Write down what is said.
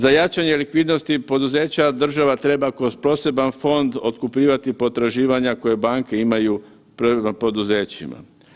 Za jačanje likvidnosti poduzeća država treba kroz poseban fond otkupljivati potraživanja koja banke imaju prema poduzećima.